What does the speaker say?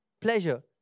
pleasure